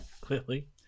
clearly